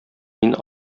мин